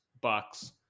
Bucks